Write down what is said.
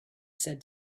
said